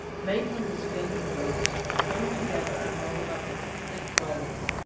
made from the skins of goats, sewn together, and rolled up into thick rolls.